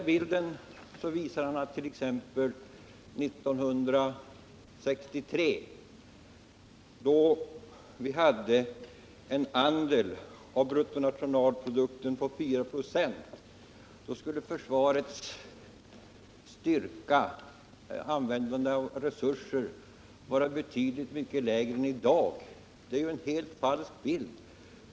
Bilden visar t.ex. att år 1963, då försvaret hade en andel av bruttonationalprodukten på 4,2 96, skulle försvarets resurser vara betydligt lägre än i dag. Det är en helt felaktig bild.